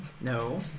no